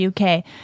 UK